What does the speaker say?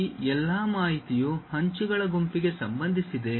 ಮತ್ತು ಈ ಎಲ್ಲಾ ಮಾಹಿತಿಯು ಅಂಚುಗಳ ಗುಂಪಿಗೆ ಸಂಬಂಧಿಸಿದೆ